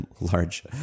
large